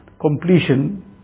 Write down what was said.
completion